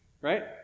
right